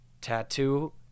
tattoo